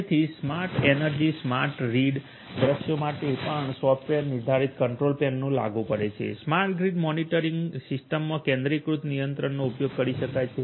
તેથી smart energy smart grid દ્રશ્યો માટે પણ સોફ્ટવેર નિર્ધારિત કંટ્રોલ પ્લેન લાગુ પડે છે સ્માર્ટ ગ્રીડ મોનિટરિંગ સિસ્ટમ્સમાં કેન્દ્રીયકૃત નિયંત્રકનો ઉપયોગ કરી શકાય છે